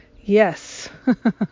yes